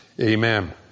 Amen